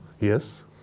Yes